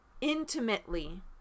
intimately